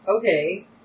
Okay